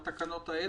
בתקנות האלו?